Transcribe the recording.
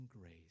grace